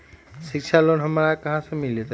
शिक्षा लोन हमरा कहाँ से मिलतै?